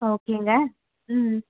ஓகேங்க ம்